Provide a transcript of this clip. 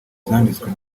zanditswe